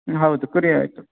ಹೌದು ಕುರಿ ಆಯಿತು